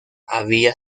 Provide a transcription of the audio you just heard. había